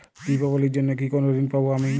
দীপাবলির জন্য কি কোনো ঋণ পাবো আমি?